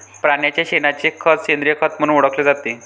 प्राण्यांच्या शेणाचे खत सेंद्रिय खत म्हणून ओळखले जाते